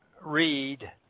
read